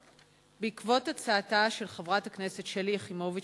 בעקבות הצעתה של חברת הכנסת שלי יחימוביץ